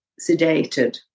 sedated